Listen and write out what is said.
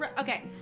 okay